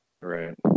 Right